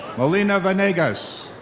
melina vanegas.